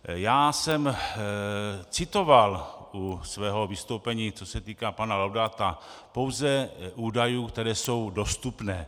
Já jsem citoval u svého vystoupení, co se týká pana Laudáta, pouze údaje, které jsou dostupné.